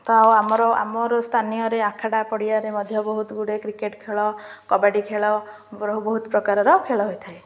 ତ ଆଉ ଆମର ଆମର ସ୍ଥାନୀୟରେ ଆଖାଡ଼ା ପଡ଼ିଆରେ ମଧ୍ୟ ବହୁତ ଗୁଡ଼ିଏ କ୍ରିକେଟ୍ ଖେଳ କବାଡ଼ି ଖେଳ ବହୁତ ପ୍ରକାରର ଖେଳ ହୋଇଥାଏ